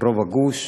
רוב הגוש,